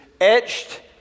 etched